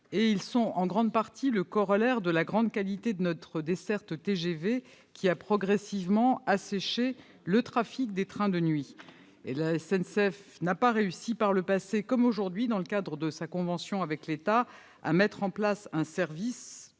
ils sont, en grande partie, le corollaire de la grande qualité de notre desserte TGV, qui a progressivement asséché le trafic des trains de nuit. Eh oui ! La SNCF n'a pas réussi dans le passé, et aujourd'hui non plus, dans le cadre de sa convention avec l'État à mettre en place un service